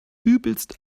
übelst